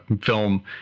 film